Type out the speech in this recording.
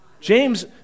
James